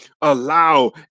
Allow